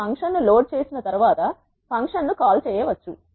మీరు ఫంక్షన్ ను లోడ్ చేసిన తర్వాత ఫంక్షన్ను కాల్ చేయవచ్చు